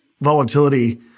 volatility